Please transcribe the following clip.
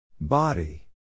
Body